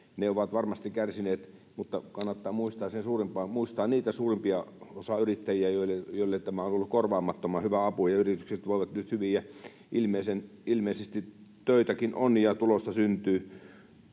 ovat varmasti kärsineet. Mutta kannattaa muistaa sitä suurinta osaa yrittäjistä, joille tämä on ollut korvaamattoman hyvä apu. Yritykset voivat nyt hyvin, ja ilmeisesti töitäkin on ja tulosta syntyy.